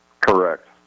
Correct